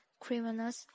Criminals